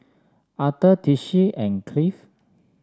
Authur Tishie and Cliff